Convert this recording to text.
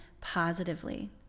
positively